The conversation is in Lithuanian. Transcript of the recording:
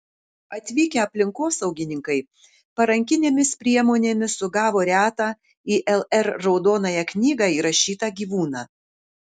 atvykę aplinkosaugininkai parankinėmis priemonėmis sugavo retą į lr raudonąją knygą įrašytą gyvūną